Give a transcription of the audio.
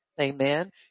Amen